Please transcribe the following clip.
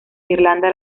irlanda